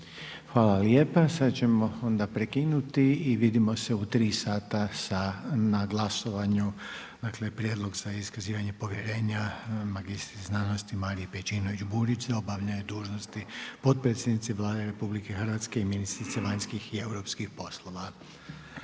Hvala lijepa. Sad ćemo onda prekinuti i vidimo se u tri sata na glasovanju. Dakle Prijedlog za iskazivanje povjerenja magistri znanosti Mariji Pejčinović Burić za obavljanje dužnosti potpredsjednice Vlade RH i ministrice vanjskih i europskih poslova.